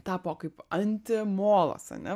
tapo kaip anti molas ane